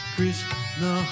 Krishna